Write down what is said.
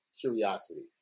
curiosity